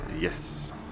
Yes